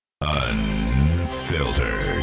Unfiltered